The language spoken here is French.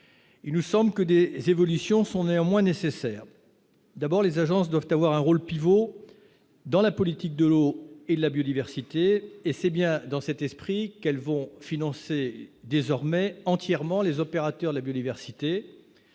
et nous sommes que des évolutions sont néanmoins nécessaires. D'abord, les agences doivent avoir un rôle pivot dans la politique de l'eau et la biodiversité et c'est bien dans cet esprit qu'elles vont financer désormais entièrement les opérateurs, la biodiversité,